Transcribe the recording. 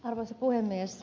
arvoisa puhemies